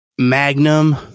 Magnum